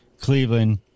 Cleveland